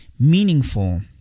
meaningful